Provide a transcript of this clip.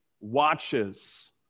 watches